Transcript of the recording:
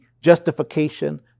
justification